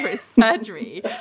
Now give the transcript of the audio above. surgery